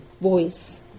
voice